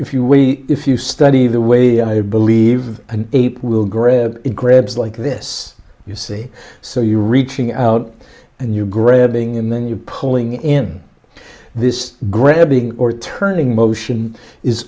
if you wait if you study the way i believe an ape will grab it grabs like this you see so you're reaching out and you're grabbing and then you're pulling in this grabbing or turning motion is